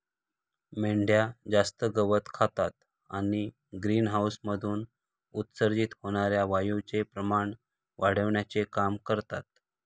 मेंढ्या जास्त गवत खातात आणि ग्रीनहाऊसमधून उत्सर्जित होणार्या वायूचे प्रमाण वाढविण्याचे काम करतात